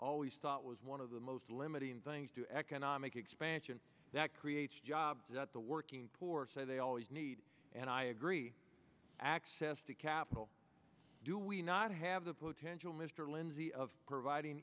always thought was one of the most limiting things to economic expansion that creates jobs at the working poor so they always need and i agree access to capital do we not have the potential mr lindsey of providing